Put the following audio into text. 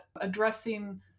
addressing